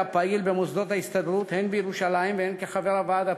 ויקטור היה פעיל במוסדות ההסתדרות הן בירושלים והן כחבר הוועד הפועל.